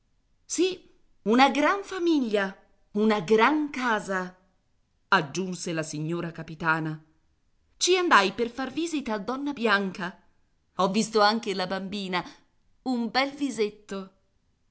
sì una gran famiglia una gran casa aggiunse la signora capitana ci andai per far visita a donna bianca ho visto anche la bambina un bel visetto